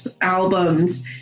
albums